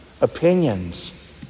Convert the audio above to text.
opinions